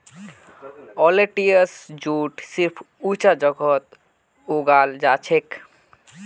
olitorius jute सिर्फ ऊंचा जगहत उगाल जाछेक